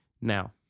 now